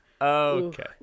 Okay